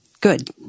Good